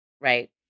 right